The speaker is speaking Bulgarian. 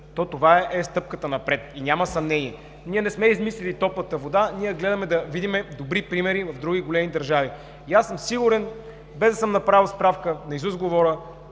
то това е стъпката напред и няма съмнение. Ние не сме измислили топлата вода, ние гледаме да видим добри примери в други големи държави. И аз съм сигурен, без да съм направил справка, наизуст говоря,